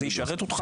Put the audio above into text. זה ישרת אותך?